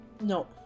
No